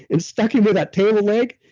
and stuck him with that table leg.